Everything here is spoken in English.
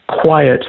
quiet